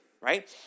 right